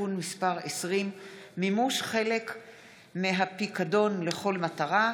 תיקון מס' 20) (מימוש חלק מהפיקדון לכל מטרה),